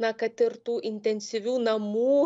na kad ir tų intensyvių namų